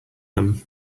them